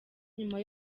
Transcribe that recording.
nyuma